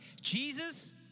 Jesus